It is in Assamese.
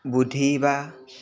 বুদ্ধি বা